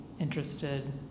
interested